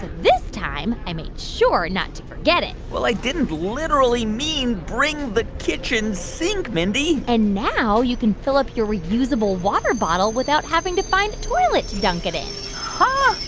this time i made sure not to forget it well, i didn't literally mean bring the kitchen sink, mindy and now you can fill up your reusable water bottle without having to find a toilet to dunk it in huh?